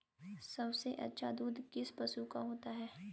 सबसे अच्छा दूध किस पशु का होता है?